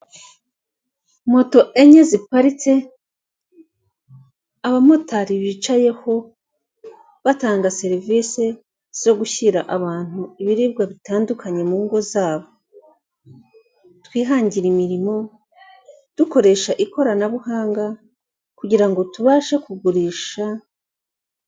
Moto enye ziparitse abamotari bicayeho batanga serivisi zo gushyira abantu ibiribwa bitandukanye mu ngo zabo twihangire imirimo dukoresha ikoranabuhanga kugira ngo tubashe kugurisha .